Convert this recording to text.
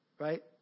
right